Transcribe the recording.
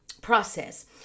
process